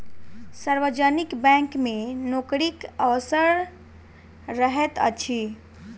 सार्वजनिक बैंक मे नोकरीक अवसर रहैत अछि